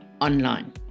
online